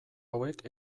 hauek